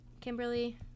Kimberly